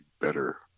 better